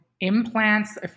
implants